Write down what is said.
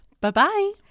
Bye-bye